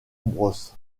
bros